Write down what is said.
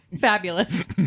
Fabulous